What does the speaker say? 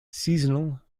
seasonal